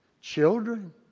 Children